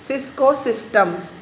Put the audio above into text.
Cisco system